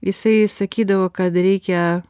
jisai sakydavo kad reikia